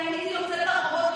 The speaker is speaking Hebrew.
הייתי יוצאת לרחובות,